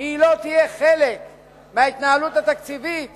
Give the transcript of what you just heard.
היא לא תהיה חלק מההתנהלות התקציבית